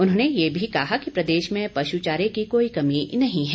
उन्होंने ये भी कहा कि प्रदेश में पशु चारे की कोई कमी नही है